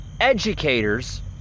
educators